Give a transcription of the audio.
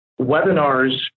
webinars